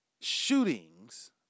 shootings